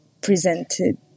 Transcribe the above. presented